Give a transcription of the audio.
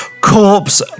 corpse